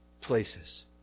places